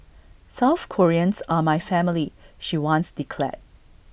South Koreans are my family she once declared